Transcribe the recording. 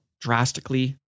drastically